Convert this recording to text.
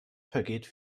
vergeht